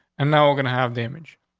and now we're gonna have damage.